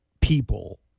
people